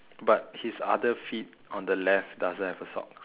but his other feet on the left doesn't have a sock